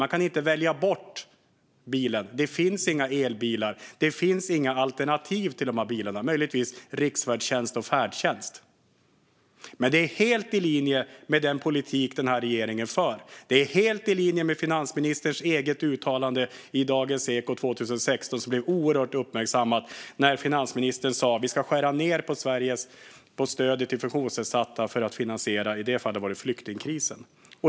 De kan inte välja bort bilen. Det finns inga elbilar; det finns inga alternativ till de här bilarna annat än möjligtvis riksfärdtjänst och färdtjänst. Men det är helt i linje med den politik den här regeringen för. Det är helt i linje med finansministerns uttalande i Dagens Eko 2016, som blev oerhört uppmärksammat - att vi ska skära ned på stödet till Sveriges funktionsnedsatta för att finansiera i det fallet flyktingkrisen.